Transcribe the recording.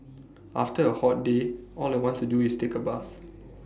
after A hot day all I want to do is take A bath